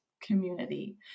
community